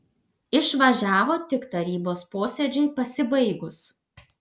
išvažiavo tik tarybos posėdžiui pasibaigus